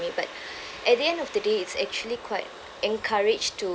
me but at the end of the day it's actually quite encouraged to